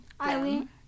Eileen